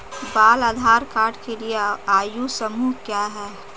बाल आधार कार्ड के लिए आयु समूह क्या है?